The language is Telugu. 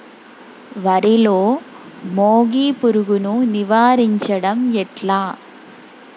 వరిలో మోగి పురుగును నివారించడం ఎట్లా?